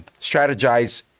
strategize